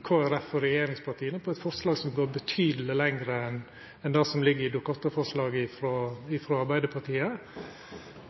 og regjeringspartia om eit forslag som går betydeleg lenger enn det som ligg i Dokument 8-forslaget frå Arbeidarpartiet.